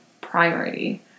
priority